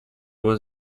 was